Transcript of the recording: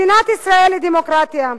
מדינת ישראל היא דמוקרטיה,